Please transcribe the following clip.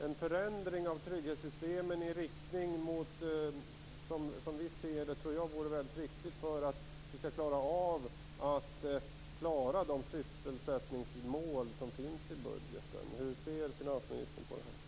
En förändring av trygghetssystemen vore viktigt för att klara de sysselsättningsmål som finns i budgeten. Hur ser finansministern på detta?